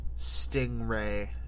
stingray